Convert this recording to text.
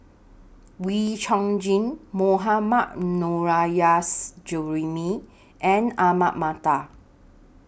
Wee Chong Jin Mohammad Nurrasyid Juraimi and Ahmad Mattar